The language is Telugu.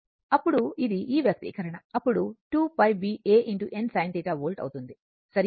అప్పుడు ఇది ఈ వ్యక్తీకరణ అప్పుడు 2 π B A n sin θ volt అవుతుంది సరియైనది